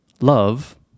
Love